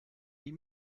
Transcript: die